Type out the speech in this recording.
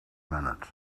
minutes